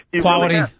Quality